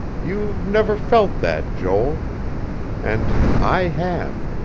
you've never felt that, joel and i have.